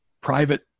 private